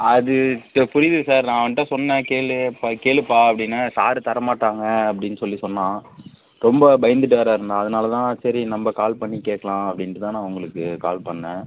அது புரியுது சார் நான் அவன்கிட்ட சொன்ன கேளு கேளுப்பா அப்படின்ன சார் தர மாட்டாங்க அப்படினு சொல்லி சொன்னா ரொம்ப பயந்துகிட்டு வேறு இருந்தான் அதனாலதான் சரி நம்ப கால் பண்ணி கேட்கலாம் அப்படின்டுதான் நான் உங்களுக்கு கால் பண்ணேன்